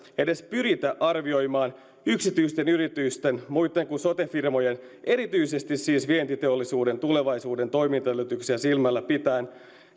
edes pyritä arvioimaan yksityisten yritysten muitten kuin sote firmojen erityisesti siis vientiteollisuuden tulevaisuuden toimintaedellytyksiä silmällä pitäen